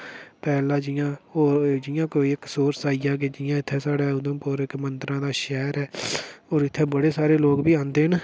पैह्ला जियां ओह् जियां कोई इक सोर्स आई गेआ के जियां इत्थै साढ़ै उधमपुर इक मंदरा दा शैह्र ऐ होर इत्थै बड़े सारे लोग बी आंदे न